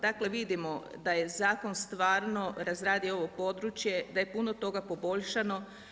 Dakle, vidimo da je zakon stvarno razradio ovo područje, da je puno toga poboljšano.